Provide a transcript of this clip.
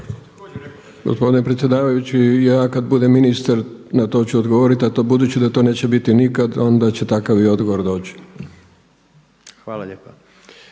Hvala lijepo.